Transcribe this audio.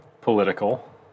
political